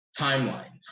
timelines